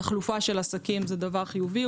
תחלופה של עסקים היא דבר חיובי.